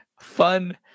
fun